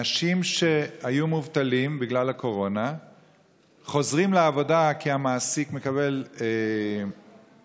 אנשים שהיו מובטלים בגלל הקורונה חוזרים לעבודה כי המעסיק מקבל עידוד,